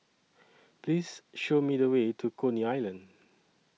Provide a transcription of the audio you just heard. Please Show Me The Way to Coney Island